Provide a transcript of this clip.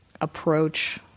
approach